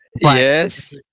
Yes